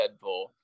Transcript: Deadpool